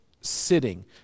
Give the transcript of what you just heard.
sitting